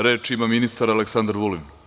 Reč ima ministar Aleksandar Vulin.